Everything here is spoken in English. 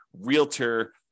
realtor